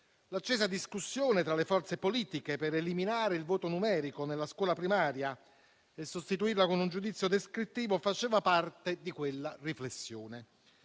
L'accesa discussione tra le forze politiche per eliminare il voto numerico nella scuola primaria e sostituirla con un giudizio descrittivo faceva parte di quella riflessione,